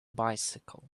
bicycle